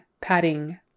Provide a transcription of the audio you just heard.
Padding